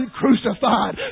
crucified